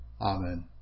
Amen